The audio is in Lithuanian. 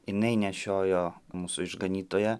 jinai nešiojo mūsų išganytoją